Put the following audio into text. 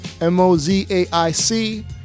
M-O-Z-A-I-C